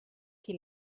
qui